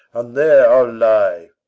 and there i'll lie.